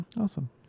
Awesome